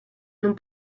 non